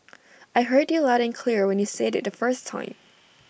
I heard you loud and clear when you said IT the first time